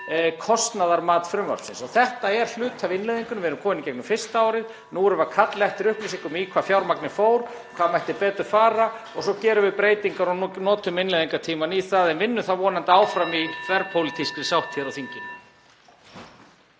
kostnaðarmat frumvarpsins. Þetta er hluti af innleiðingunni. Við erum komin í gegnum fyrsta árið. Nú erum við að kalla eftir upplýsingum um það í hvað fjármagnið fór, hvað mætti betur fara og svo gerum við breytingar og notum innleiðingartímann í það en vinnum þá vonandi áfram í þverpólitískri sátt hér á þingi.